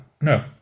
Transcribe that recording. No